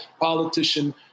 politician